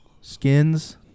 Skins